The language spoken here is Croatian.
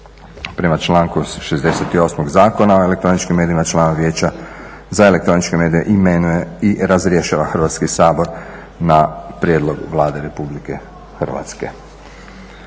prema članku 68. Zakona o elektroničkim medijima članovi Vijeća za elektroničke medije imenuje i razrješuje Hrvatski sabor na prijedlog Vlade RH. Dalje,